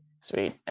Sweet